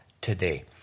today